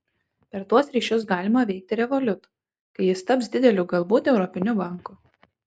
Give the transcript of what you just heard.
per tuos ryšius galima veikti revolut kai jis taps dideliu galbūt europiniu banku